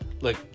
Look